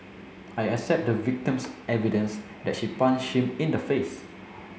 I accept the victim's evidence that she punched him in the face